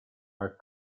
are